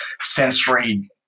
sensory